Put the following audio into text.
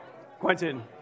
Quentin